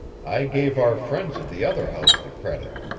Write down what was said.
i gave our friends of the other house the credit.